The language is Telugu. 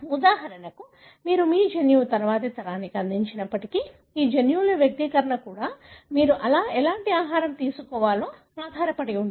ఉదాహరణకు మీరు మీ జన్యువును తరువాతి తరానికి అందించినప్పటికీ ఈ జన్యువుల వ్యక్తీకరణ కూడా మీరు ఎలాంటి ఆహారం తీసుకోవాలో ఆధారపడి ఉంటుంది